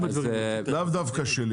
לאו דווקא שלי.